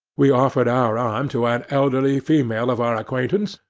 we offered our arm to an elderly female of our acquaintance,